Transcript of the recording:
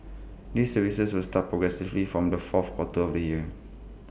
these services will start progressively from the fourth quarter of the year